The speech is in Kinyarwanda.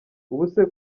ubuse